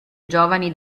giovani